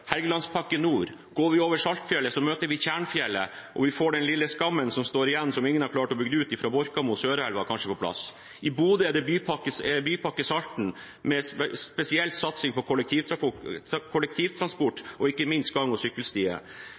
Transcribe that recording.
Nord. Går vi over Saltfjellet, møter vi Tjernfjellet og får kanskje den lille skammen som står igjen, fra Borkamo til Sørelva, som ingen har klart å bygge ut, på plass. I Bodø er det Bypakke Bodø med spesiell satsing på kollektivtransport og ikke minst gang- og sykkelstier.